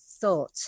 thought